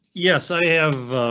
yes i have